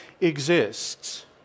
exists